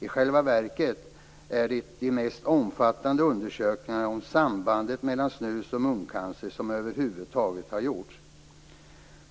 I själva verket är de de mest omfattande undersökningar om sambandet mellan snus och muncancer som över huvud taget har gjorts.